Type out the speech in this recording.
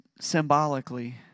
symbolically